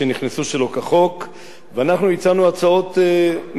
ואנחנו הצענו הצעות מרובות כדי למנוע את הבעיה.